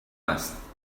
هست